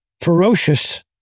ferocious